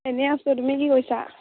এনেই আছোঁ তুমি কি কৰিছা